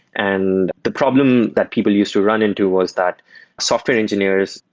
and the problem that people used to run into was that software engineers,